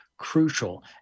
crucial